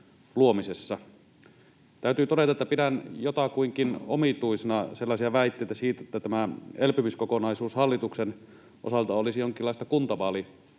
Täytyy todeta, että pidän jotakuinkin omituisena väitteitä siitä, että tämä elpymiskokonaisuus hallituksen osalta olisi jonkinlaista kuntavaalikampanjointia.